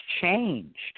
changed